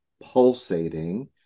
pulsating